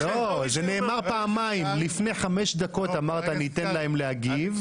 זה נאמר פעמיים: לפני חמש דקות אמרת אני אתן להם להגיב,